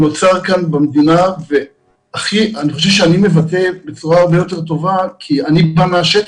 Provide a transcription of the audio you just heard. אני חושב שאני מבטא בצורה הרבה יותר טובה כי אני בא מהשטח.